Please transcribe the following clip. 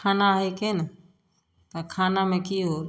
खाना है की तऽ खाना मे की होत